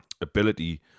ability